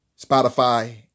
Spotify